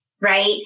right